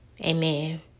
Amen